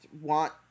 want